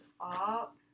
up